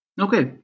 Okay